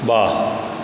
वाह